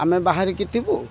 ଆମେ ବାହାରିକି ଥିବୁ